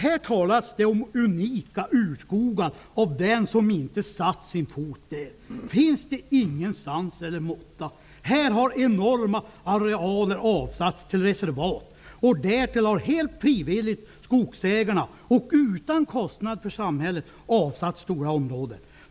Här talas det om unika urskogar av dem som inte satt sin fot där. Finns det ingen sans eller måtta? Här har enorma arealer avsatts till reservat. Här har skogsägarna helt frivilligt och utan någon kostnad för samhället avsatt stora områden.